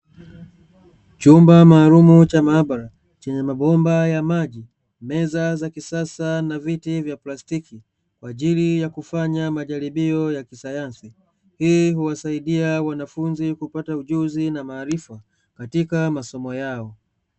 Chumba maalumu cha maabara chenye mabomba ya maji, meza za kisasa na viti vya plastiki kwa ajili ya kufanya majiribio ya kisayansi, hii huwasaidia wanafunzi kupata ujuzi na maarifa katika masomo yao.